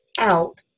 out